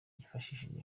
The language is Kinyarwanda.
yifashishije